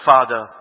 Father